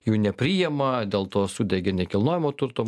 jų nepriima dėl to sudegė nekilnojamo turto